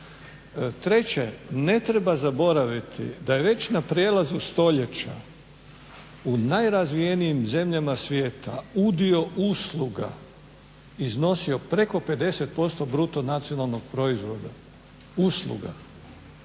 vrijeme. Ne treba zaboraviti da je već na prijelazu stoljeća u najrazvijenijim zemljama svijeta udio usluga iznosio preko 50% BDP-a usluga, a u tim uslugama